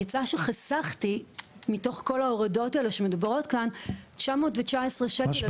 יצא שחסכתי מתוך כל ההורדות האלו שמדוברות כאן 919 שקלים.